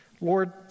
Lord